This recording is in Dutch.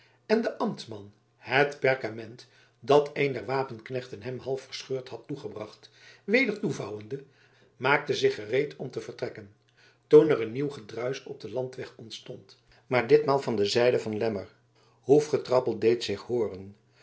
en de ambtman het perkament dat een der wapenknechten hem half verscheurd had toegebracht weder toevouwende maakte zich gereed om te vertrekken toen er een nieuw gedruis op den landweg ontstond maar ditmaal van de zijde van de lemmer hoefgetrappel deed zich hooren